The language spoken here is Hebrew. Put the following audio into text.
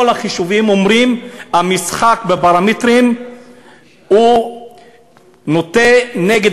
כל החישובים אומרים שהמשחק בפרמטרים נוטה נגד